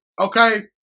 okay